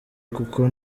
kuko